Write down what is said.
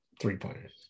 three-pointers